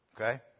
okay